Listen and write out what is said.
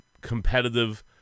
competitive